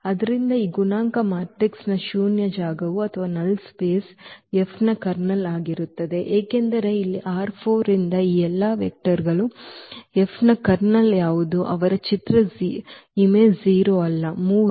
ಆದ್ದರಿಂದ ಈ ಗುಣಾಂಕ ಮ್ಯಾಟ್ರಿಕ್ಸ್ ನ ಶೂನ್ಯ ಜಾಗವು F ನ ಕರ್ನಲ್ ಆಗಿರುತ್ತದೆ ಏಕೆಂದರೆ ಇಲ್ಲಿ ರಿಂದ ಈ ಎಲ್ಲಾ ವೆಕ್ಟರ್ ಗಳ F ನ ಕರ್ನಲ್ ಯಾವುದು ಅವರ ಚಿತ್ರ 0 ಅಲ್ಲ 3